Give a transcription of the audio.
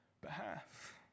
behalf